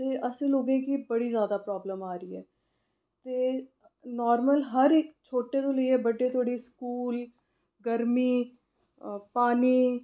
ते असें लोकें गी बड़ी जैदा प्राॅब्लम आ दी ऐ ते नार्मल हर इक छोटे तों लेइयै बड्डे धोड़ी स्कूल गर्मी पानी